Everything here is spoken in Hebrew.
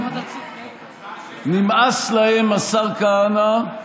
נמאס להם, השר כהנא,